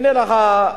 הנה לך,